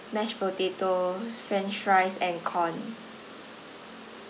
mashed potato french fries and corn